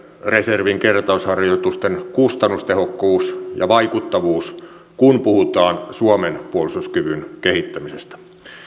reservien kertausharjoitusten kustannustehokkuus ja vaikuttavuus kun puhutaan suomen puolustuskyvyn kehittämisestä